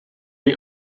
est